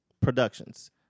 Productions